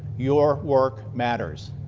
your work matters.